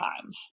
times